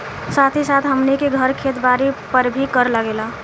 साथ ही साथ हमनी के घर, खेत बारी पर भी कर लागेला